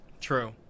True